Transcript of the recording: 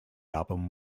album